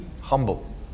humble